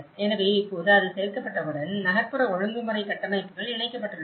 எனவே இப்போது அது சேர்க்கப்பட்டவுடன் நகர்ப்புற ஒழுங்குமுறை கட்டமைப்புகள் இணைக்கப்பட்டுள்ளன